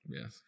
Yes